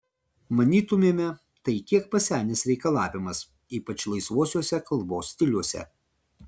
manytumėme tai kiek pasenęs reikalavimas ypač laisvuosiuose kalbos stiliuose